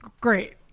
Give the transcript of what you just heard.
great